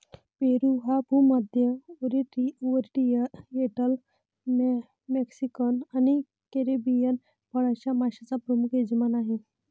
पेरू हा भूमध्य, oriental, Mexican आणि कॅरिबियन फळांच्या माश्यांचा प्रमुख यजमान आहे